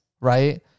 Right